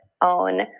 own